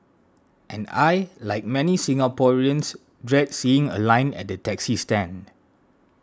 and I like many Singaporeans dread seeing a line at the taxi stand